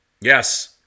Yes